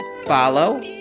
follow